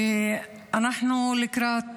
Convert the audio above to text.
אנחנו לקראת